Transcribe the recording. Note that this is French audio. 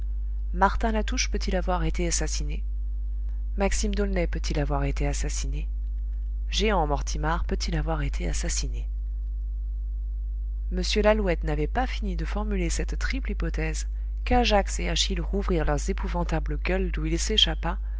trouver martin latouche peut-il avoir été assassiné maxime d'aulnay peut-il avoir été assassiné jehan mortimar peut-il avoir été assassiné m lalouette n'avait pas fini de formuler cette triple hypothèse qu'ajax et achille rouvrirent leurs épouvantables gueules d'où il s'échappa